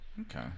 Okay